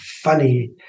funny